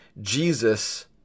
Jesus